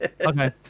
Okay